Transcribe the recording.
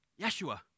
Yeshua